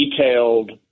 Detailed